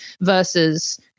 versus